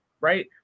right